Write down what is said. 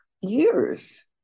years